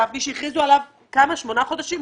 שהכריזו עליו לפני כמעט 11 חודשים,